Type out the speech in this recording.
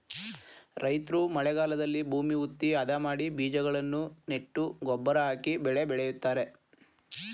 ರೈತ್ರು ಮಳೆಗಾಲದಲ್ಲಿ ಭೂಮಿ ಹುತ್ತಿ, ಅದ ಮಾಡಿ ಬೀಜಗಳನ್ನು ನೆಟ್ಟು ಗೊಬ್ಬರ ಹಾಕಿ ಬೆಳೆ ಬೆಳಿತರೆ